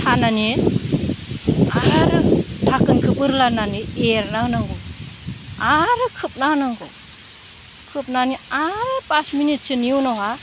थानानै आरो धाकोनखौ बोरलानानै एरना होनांगौ आरो खोबना होनांगौ खोबनानै आरो पास मिनिटसोनि उनावहाय